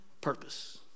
purpose